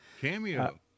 cameo